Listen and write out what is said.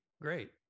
great